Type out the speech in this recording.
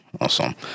Awesome